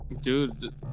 Dude